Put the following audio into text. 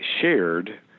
shared